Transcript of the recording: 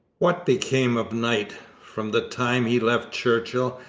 what became of knight? from the time he left churchill,